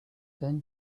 then